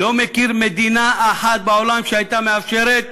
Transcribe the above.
לא מכיר מדינה אחת בעולם שהייתה מאפשרת